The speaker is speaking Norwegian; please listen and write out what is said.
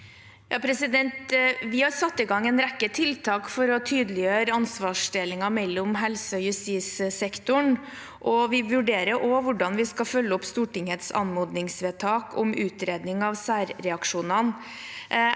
Vi har satt i gang en rekke tiltak for å tydeliggjøre ansvarsdelingen mellom helse- og justissektoren. Vi vurderer også hvordan vi skal følge opp Stortingets anmodningsvedtak om utredning av særreaksjonene.